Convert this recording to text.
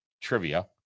trivia